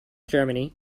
germany